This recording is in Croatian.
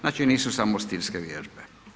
Znači nisu samo stilske vježbe.